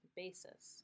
basis